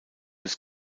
des